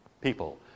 people